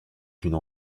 une